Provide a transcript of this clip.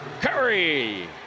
Curry